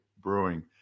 Brewing